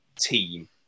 team